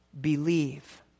Believe